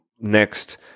next